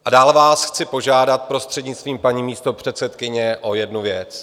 A dále vás chci požádat, prostřednictvím paní místopředsedkyně, o jednu věc.